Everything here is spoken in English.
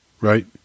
Right